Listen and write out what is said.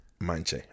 Manche